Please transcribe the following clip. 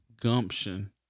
Gumption